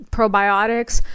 probiotics